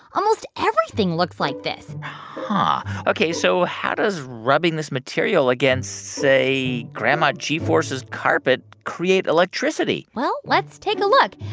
almost everything looks like this huh. ok, so how does rubbing this material against, say, grandma g-force's carpet create electricity? well, let's take a look.